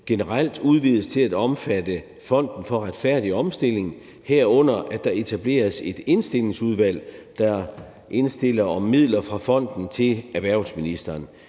generelt udvides til at omfatte Fonden for Retfærdig Omstilling, herunder at der etableres et indstillingsudvalg, der indstiller om midler fra fonden til erhvervsministeren.